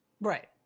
right